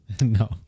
No